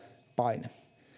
paine